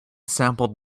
sampled